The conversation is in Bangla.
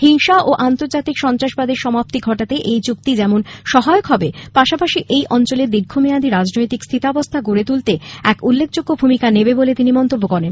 হিংসা ও আন্তর্জাতিক সন্ত্রাসবাদের সমাপ্তি ঘটাতে এই চুক্তি যেমন সহায়ক হবে পাশাপাশি ঐ অঞ্চলের দীর্ঘমেয়াদী রাজনৈতিক স্থিতাবস্থা গড়ে তুলতে এক উল্লেখযোগ্য ভূমিকা নেবে বলে তিনি মন্তব্য করেন